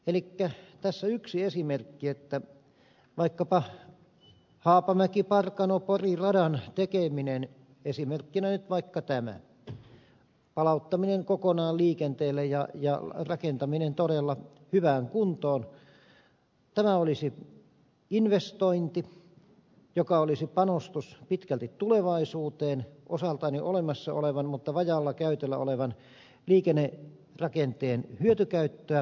elikkä yhtenä esimerkkinä vaikkapa haapamäkiparkanopori radan tekeminen esimerkkinä nyt vaikka tämä palauttaminen kokonaan liikenteelle ja rakentaminen todella hyvään kuntoon olisi investointi joka olisi panostus pitkälti tulevaisuuteen osaltaan jo olemassa olevan mutta vajaalla käytöllä olevan liikennerakenteen hyötykäyttöä